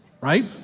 right